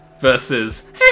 Versus